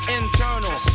internal